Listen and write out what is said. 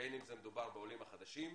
בין אם מדובר בעולים החדשים,